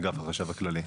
אגף השיכון הכללי.